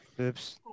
Oops